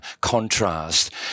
Contrast